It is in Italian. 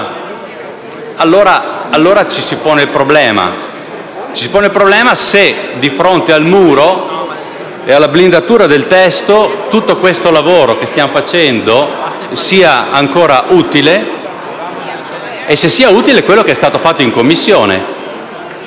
allora ci si pone il problema se, di fronte al muro e alla blindatura del testo, tutto il lavoro che stiamo facendo sia ancora utile e se sia utile quello fatto in Commissione.